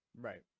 Right